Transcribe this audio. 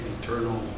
internal